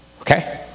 Okay